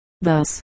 thus